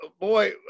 boy